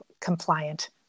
compliant